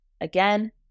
Again